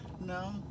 no